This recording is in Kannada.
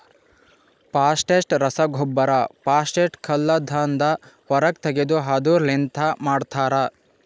ಫಾಸ್ಫೇಟ್ ರಸಗೊಬ್ಬರ ಫಾಸ್ಫೇಟ್ ಕಲ್ಲದಾಂದ ಹೊರಗ್ ತೆಗೆದು ಅದುರ್ ಲಿಂತ ಮಾಡ್ತರ